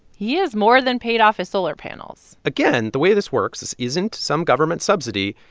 he has more than paid off his solar panels again, the way this works this isn't some government subsidy.